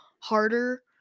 harder